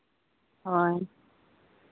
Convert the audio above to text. ᱦᱳᱭ